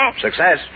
Success